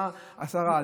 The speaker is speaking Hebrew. מה השרה,